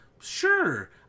Sure